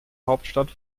hauptstadt